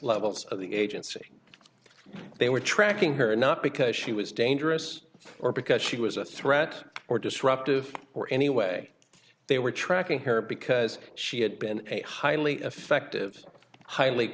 levels of the agency they were tracking her not because she was dangerous or because she was a threat or disruptive or any way they were tracking her because she had been a highly effective highly